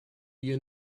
you